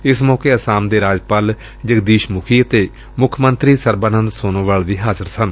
ਏਸ ਮੌਕੇ ਆਸਾਮ ਦੇ ਰਾਜਪਾਲ ਜਗਦੀਸ਼ ਮੁਖੀ ਅਤੇ ਮੁੱਖ ਮੰਤਰੀ ਸਰਬਾਨੰਦ ਸੋਨੋਵਲ ਵੀ ਹਾਜ਼ਰ ਸਨ